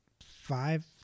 five